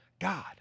God